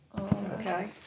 Okay